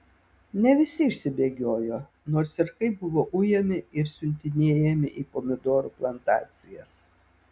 ne visi išsibėgiojo nors ir kaip buvo ujami ir siuntinėjami į pomidorų plantacijas